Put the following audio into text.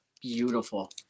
beautiful